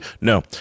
No